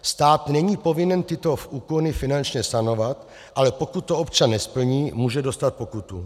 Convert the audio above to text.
Stát není povinen tyto úkony finančně sanovat, ale pokud to občan nesplní, může dostat pokutu.